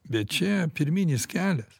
bet čia pirminis kelias